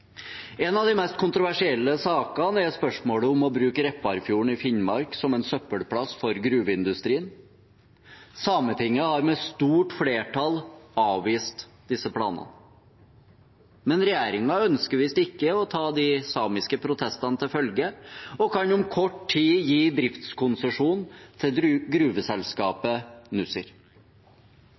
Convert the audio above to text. En av de mest kontroversielle sakene er spørsmålet om å bruke Repparfjorden i Finnmark som en søppelplass for gruveindustrien. Sametinget har med stort flertall avvist disse planene. Men regjeringen ønsker visst ikke å ta de samiske protestene til følge, og kan om kort tid gi driftskonsesjon til gruveselskapet Nussir.